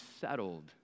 settled